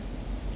ya lor